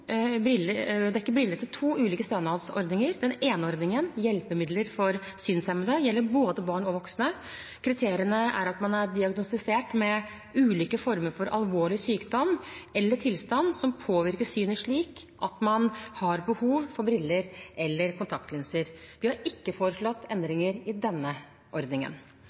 ulike stønadsordninger. Den ene ordningen, «Hjelpemidler for synshemmede», gjelder både barn og voksne. Kriteriene er at man er diagnostisert med ulike former for alvorlig sykdom eller en tilstand som påvirker synet slik at man har behov for briller eller kontaktlinser. Vi har ikke foreslått endringer i denne ordningen.